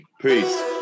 peace